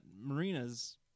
marina's